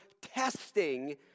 testing